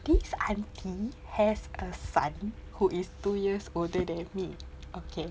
this auntie has a son who is two years older than me okay